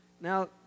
Now